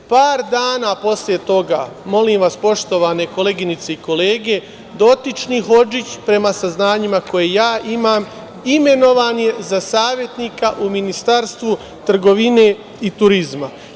Par dana posle toga, molim vas poštovane koleginice i kolege, dotični Hodžić prema saznanjima koje ja imam, imenovan je za savetnika u Ministarstvu trgovine i turizma.